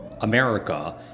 America